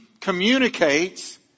communicates